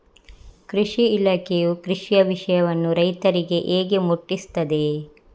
ಕೃಷಿ ಇಲಾಖೆಯು ಕೃಷಿಯ ವಿಷಯವನ್ನು ರೈತರಿಗೆ ಹೇಗೆ ಮುಟ್ಟಿಸ್ತದೆ?